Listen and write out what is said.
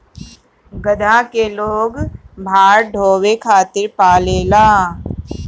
गदहा के लोग भार ढोवे खातिर पालेला